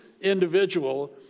individual